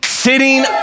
sitting